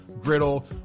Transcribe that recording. griddle